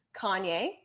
Kanye